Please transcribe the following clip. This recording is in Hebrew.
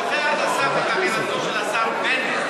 דוחה על הסף את אמירתו של השר בנט,